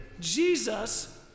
Jesus